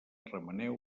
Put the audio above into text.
remeneu